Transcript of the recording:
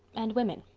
and women